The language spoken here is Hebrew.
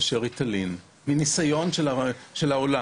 את זה אני אומר מהניסיון של העולם.